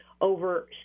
over